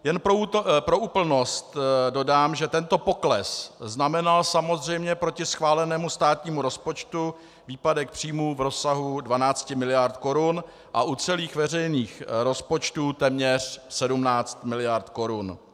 Jen pro úplnost dodám, že tento pokles znamenal samozřejmě proti schválenému státnímu rozpočtu výpadek příjmů v rozsahu 12 mld. korun a u celých veřejných rozpočtů téměř 17 mld. korun.